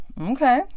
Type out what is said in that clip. okay